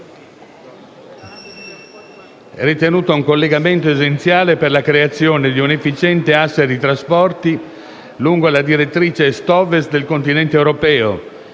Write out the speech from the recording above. ritenuta un collegamento essenziale per la creazione di un efficiente asse di trasporti lungo la direttrice est-ovest del Continente europeo,